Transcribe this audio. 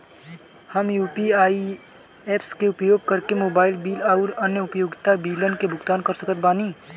हम UPI apps के उपयोग करके मोबाइल बिल आउर अन्य उपयोगिता बिलन के भुगतान कर सकत बानी